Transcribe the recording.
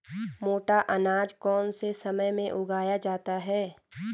मोटा अनाज कौन से समय में उगाया जाता है?